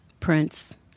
Prince